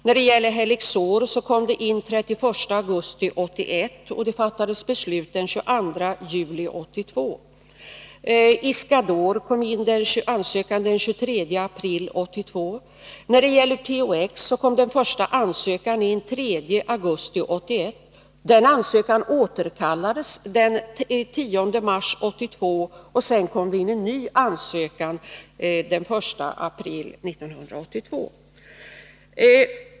När det gäller Helixor kom ansökan in den 31 augusti 1981, och beslut fattades den 22 juli 1982. Beträffande Iscador kom ansökan in den 23 april 1982. När det gäller THX kom den första ansökan in den 3 augusti 1981. Den ansökan återkallades den 10 mars 1982, och sedan kom det in en ny ansökan den 1 april 1982.